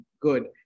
good